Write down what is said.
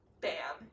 Bam